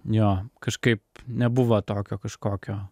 jo kažkaip nebuvo tokio kažkokio